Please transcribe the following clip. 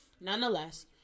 Nonetheless